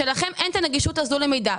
כאשר לכם אין את הנגישות הזאת למידע,